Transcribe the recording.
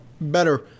better